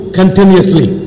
continuously